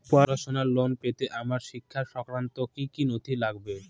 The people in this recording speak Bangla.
পড়াশুনোর লোন পেতে আমার শিক্ষা সংক্রান্ত কি কি নথি লাগবে?